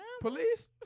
Police